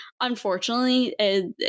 unfortunately